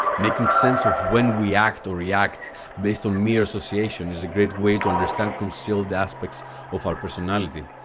making sense of when we act or react based on mere association is a great way to understand concealed aspects of our personality.